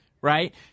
right